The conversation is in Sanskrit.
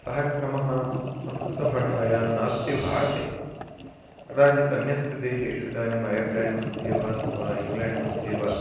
सः क्रमः संस्कृतभाषायां नास्ति भारते कदाचित् अन्यत्र देशेषु इदानीं ऐर्लाण्ड्मध्ये वा अथवा इङ्ग्लेण्ड्मध्ये वा